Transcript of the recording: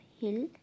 hill